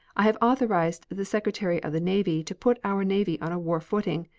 i have authorized the secretary of the navy to put our navy on a war footing,